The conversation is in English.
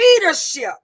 leadership